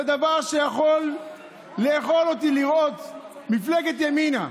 זה דבר שיכול לאכול אותי, לראות את מפלגת ימינה,